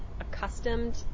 accustomed